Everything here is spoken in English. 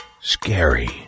scary